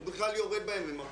הוא בכלל יורד בימים האחרונים,